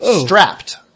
strapped